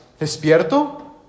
despierto